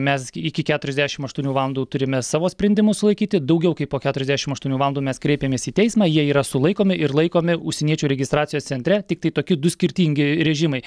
mes iki keturiasdešim aštuonių valandų turime savo sprendimu sulaikyti daugiau kaip po keturiasdešim aštuonių valandų mes kreipiamės į teismą jie yra sulaikomi ir laikomi užsieniečių registracijos centre tiktai tokie du skirtingi režimai